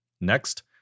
Next